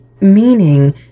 meaning